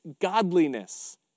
godliness